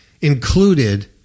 included